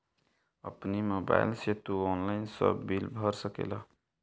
अपनी मोबाइल से तू ऑनलाइन सब बिल भर सकेला